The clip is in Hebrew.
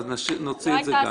אז נוציא את זה.